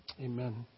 Amen